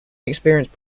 experienced